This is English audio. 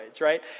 right